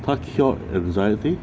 他 cured anxiety